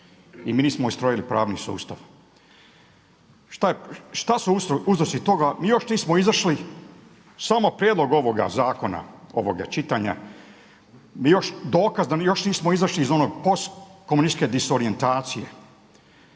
i mi nismo ustrojili pravni sustav. Šta su uzroci toga? Mi još nismo izašli. Samo prijedlog ovoga zakona, ovoga čitanja bio još dokaz da mi još nismo izašli iz onog post komunističke disorijentacije.